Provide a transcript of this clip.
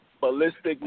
Ballistic